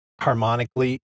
harmonically